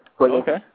Okay